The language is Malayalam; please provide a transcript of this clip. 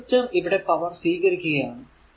റെസിസ്റ്റർ ഇവിടെ പവർ സ്വീകരിക്കുക ആണ്